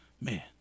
man